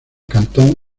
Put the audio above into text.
cantón